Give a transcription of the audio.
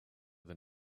than